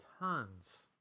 Tons